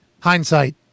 hindsight